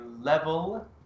level